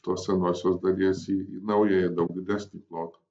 tos senosios dalies į naująją daug didesnį plotą